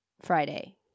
Friday